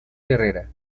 herrera